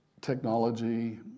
technology